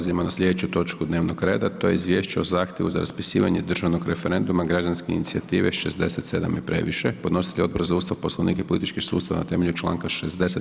Prelazimo na slijedeću točku dnevnog reda, to je: - Izvješće o zahtjevu za raspisivanje državnog referenduma građanske inicijative „67 je previše“ Podnositelj je Odbor za Ustav, Poslovnik i politički sustav na temelju članka 60.